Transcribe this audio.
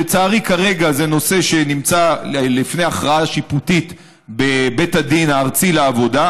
לצערי כרגע זה נושא שנמצא לפני הכרעה שיפוטית בבית הדין הארצי לעבודה.